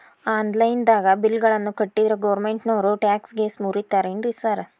Online ದಾಗ bill ಗಳನ್ನಾ ಕಟ್ಟದ್ರೆ ಗೋರ್ಮೆಂಟಿನೋರ್ ಟ್ಯಾಕ್ಸ್ ಗೇಸ್ ಮುರೇತಾರೆನ್ರಿ ಸಾರ್?